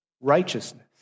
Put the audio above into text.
righteousness